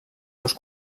seus